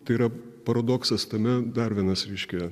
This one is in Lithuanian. tai yra paradoksas tame dar vienas reiškia